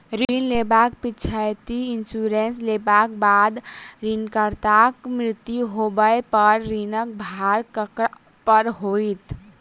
ऋण लेबाक पिछैती इन्सुरेंस लेबाक बाद ऋणकर्ताक मृत्यु होबय पर ऋणक भार ककरा पर होइत?